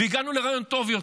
הגענו לרעיון טוב יותר,